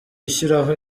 ishyiraho